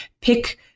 pick